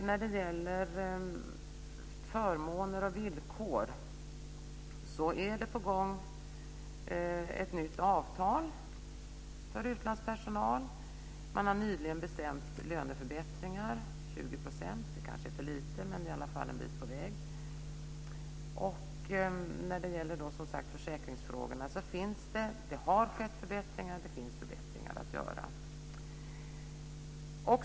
När det gäller förmåner och villkor är det på gång ett nytt avtal för utlandspersonal. Man har nyligen bestämt löneförbättringar på 20 %. Det kanske är för lite, men det är i alla fall en bit på väg. När det gäller försäkringsfrågorna har det skett förbättringar och det finns förbättringar att göra.